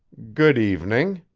good evening,